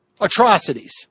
atrocities